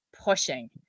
pushing